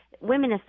women